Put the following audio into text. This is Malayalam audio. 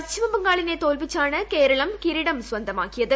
പശ്ചിമ ബംഗാളിനെ തോൽപ്പിച്ചാണ് കേരളം കിരീടം സ്വന്തമാക്കിയത്